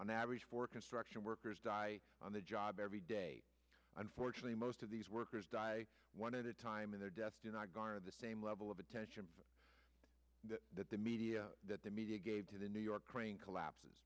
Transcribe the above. on average for construction workers die on the job every day unfortunately most of these workers die one at a time in their death do not garner the same level of attention that the media that the media gave to the new york crane collapses